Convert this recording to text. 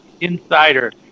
insider